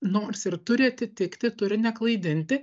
nors ir turi atitikti turi neklaidinti